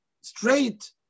straight